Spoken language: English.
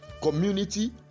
community